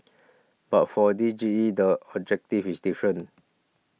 but for this G E the objective is different